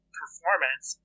performance